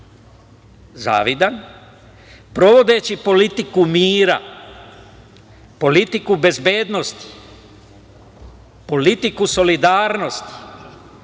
zavidan, sprovodeći politiku mira, politiku bezbednosti, politiku solidarnosti,